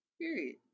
Period